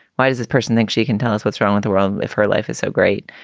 why does this person think she can tell us what's wrong with her um if her life is so great?